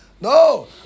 No